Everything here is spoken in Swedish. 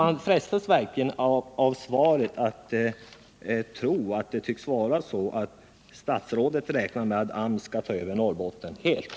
Man frestas av svaret 1 december 1978 verkligen att tro att statsrådet räknar med att AMS skall ta över Norrbotten helt.